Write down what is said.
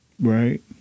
Right